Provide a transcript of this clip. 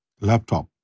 laptop